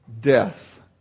death